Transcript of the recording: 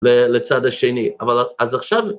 לצד השני, אבל אז עכשיו